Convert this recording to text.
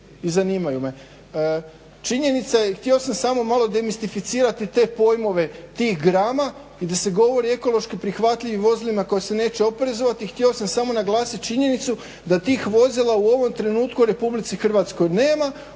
i zanimaju me. Činjenica je, htio sam samo malo demistificirati te pojmove tih grama gdje se govori o ekološki prihvatljivim vozilima koja se neće oporezovati. Htio sam samo naglasit činjenicu da tih vozila u ovom trenutku u Republici Hrvatskoj nema,